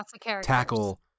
tackle